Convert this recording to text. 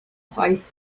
chwaith